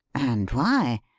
and why?